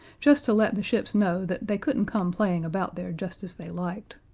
just to let the ships know that they couldn't come playing about there just as they liked.